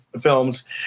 films